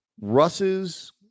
Russ's